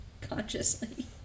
consciously